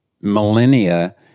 millennia